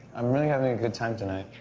i'm really having a good time tonight.